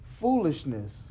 foolishness